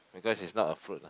because it's not a fruit